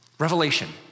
Revelation